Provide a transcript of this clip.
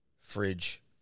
fridge